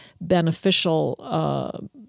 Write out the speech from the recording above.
beneficial